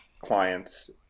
clients